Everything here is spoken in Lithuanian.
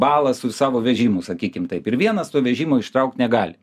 balą su savo vežimu sakykim taip ir vienas to vežimo ištraukt negali